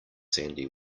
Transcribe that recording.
sandy